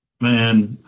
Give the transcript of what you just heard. Man